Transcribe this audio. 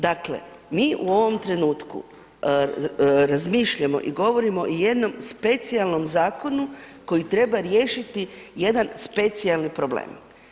Dakle, mi u ovom trenutku razmišljamo i govorimo o jednom specijalnom zakonu koji treba riješiti jedan specijalni problem.